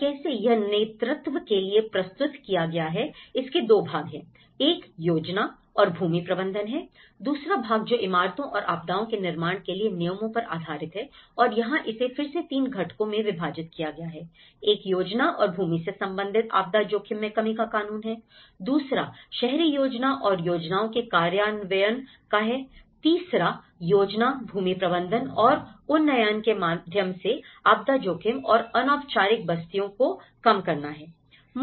और कैसे यह नेतृत्व के लिए प्रस्तुत किया गया था इसके 2 भाग हैं एक योजना और भूमि प्रबंधन है दूसरा भाग जो इमारतों और आपदाओं के निर्माण के लिए नियमों पर आधारित है और यहां इसे फिर से 3 घटकों में विभाजित किया गया है एक योजना और भूमि से संबंधित आपदा जोखिम में कमी का कानून है दूसरा शहरी योजना और योजनाओं के कार्यान्वयन का है तीसरा योजना भूमि प्रबंधन और उन्नयन के माध्यम से आपदा जोखिम और अनौपचारिक बस्तियों को कम करना है